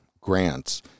grants